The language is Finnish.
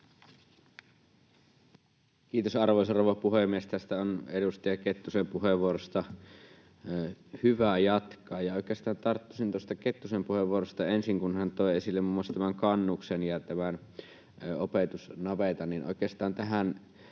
Kiitos, arvoisa rouva puhemies! Tästä edustaja Kettusen puheenvuorosta on hyvä jatkaa. Oikeastaan tarttuisin tuosta Kettusen puheenvuorosta ensin siihen, kun hän toi esille muun muassa Kannuksen ja tämän opetusnavetan.